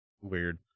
weird